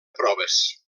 proves